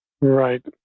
Right